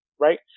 right